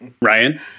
Ryan